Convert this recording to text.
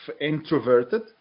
introverted